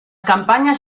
campañas